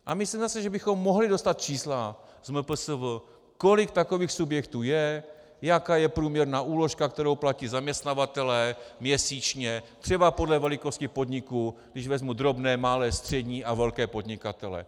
A myslím zase, že bychom mohli dostat čísla z MPSV, kolik takových subjektů je, jaká je průměrná úložka, kterou platí zaměstnavatelé měsíčně, třeba podle velikosti podniku, když vezmu drobné, malé, střední a velké podnikatele.